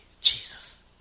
Jesus